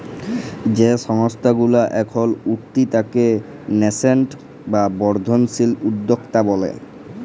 যেই সংস্থা গুলা এখল উঠতি তাকে ন্যাসেন্ট বা বর্ধনশীল উদ্যক্তা ব্যলে